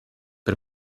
per